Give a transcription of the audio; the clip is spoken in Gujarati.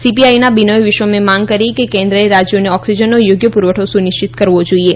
સીપીઆઈના બિનોય વિશ્વમે માંગ કરી કે કેન્દ્ર એ રાજ્યોને ઓક્સિજનનો યોગ્ય પુરવઠો સુનિશ્ચિત કરવો જોઈએ